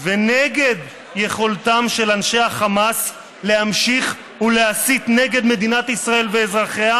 ונגד יכולתם של אנשי החמאס להמשיך ולהסית נגד מדינת ישראל ואזרחיה,